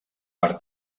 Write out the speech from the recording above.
per